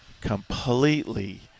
completely